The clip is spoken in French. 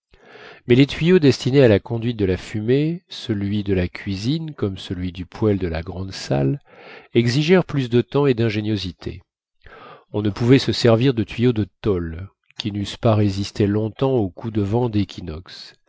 mais les tuyaux destinés à la conduite de la fumée celui de la cuisine comme celui du poêle de la grande salle exigèrent plus de temps et d'ingéniosité on ne pouvait se servir de tuyaux de tôle qui n'eussent pas résisté longtemps aux coups de vent d'équinoxe